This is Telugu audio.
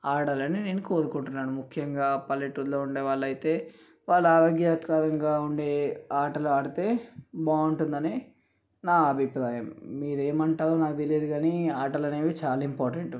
ఆడాలని నేను కోరుకుంటున్నాను ముఖ్యంగా పల్లెటూరిలో ఉండే వాళ్ళైతే వాళ్ళు ఆరోగ్యకరంగా ఉండే ఆటలు ఆడితే బాగుంటుందని నా అభిప్రాయం మీరు ఏం అంటారో నాకు తెలియదు కానీ ఆటలు అనేవి చాలా ఇంపార్టెంట్